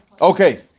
Okay